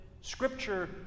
scripture